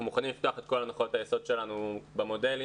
מוכנים לפתוח את הנחות היסוד שלנו במודלים